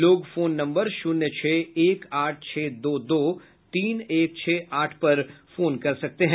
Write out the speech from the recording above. लोग phone number शून्य छह एक आठ छह दो दो तीन एक छह आठ पर फोन कर सकते हैं